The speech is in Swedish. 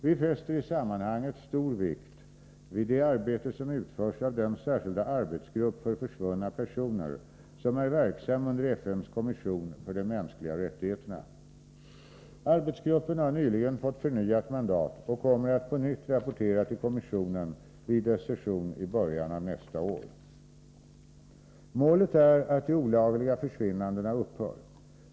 Vi fäster i sammanhanget stor vikt vid det arbete som utförs av den särskilda arbetsgrupp för försvunna personer som är verksam under FN:s kommission för de mänskliga rättigheterna. Arbetsgruppen har nyligen fått förnyat mandat och kommer att på nytt rapportera till kommissionen vid dess session i början av nästa år. Målet är att de olagliga försvinnandena upphör.